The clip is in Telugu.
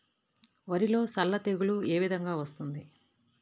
వరిలో సల్ల తెగులు ఏ విధంగా వస్తుంది?